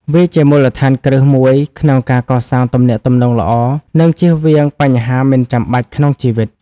វាជាមូលដ្ឋានគ្រឹះមួយក្នុងការកសាងទំនាក់ទំនងល្អ និងជៀសវាងបញ្ហាមិនចាំបាច់ក្នុងជីវិត។